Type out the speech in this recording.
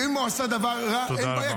אם הוא עשה דבר רע -- תודה רבה.